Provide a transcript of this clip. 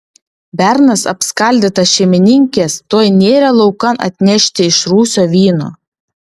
bernas apskaldytas šeimininkės tuoj nėrė laukan atnešti iš rūsio vyno